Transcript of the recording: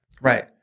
Right